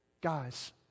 Guys